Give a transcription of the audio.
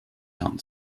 hunt